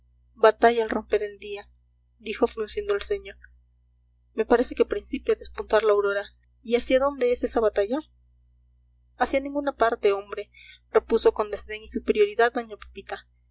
batalla al romper el día dijo frunciendo el ceño me parece que principia a despuntar la aurora y hacia dónde es esa batalla hacia ninguna parte hombre repuso con desdén y superioridad doña pepita